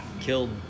killed